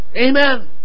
Amen